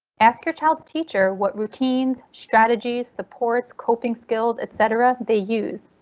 ask your child's teacher what routines, strategies, supports, coping skills etc. they use.